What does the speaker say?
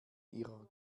ihrer